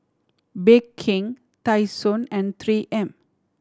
Bake King Tai Sun and Three M